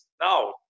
Now